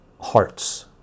hearts